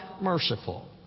merciful